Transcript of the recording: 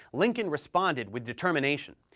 lincoln responded with determination.